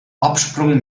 absprung